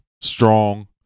Strong